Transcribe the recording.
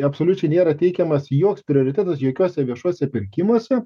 absoliučiai nėra teikiamas joks prioritetas jokiuose viešuose pirkimuose